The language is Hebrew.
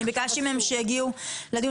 אני ביקשתי מהם שיגיעו לדיון.